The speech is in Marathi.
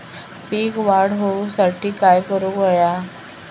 पीक वाढ होऊसाठी काय करूक हव्या?